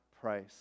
price